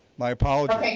my apologies.